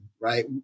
Right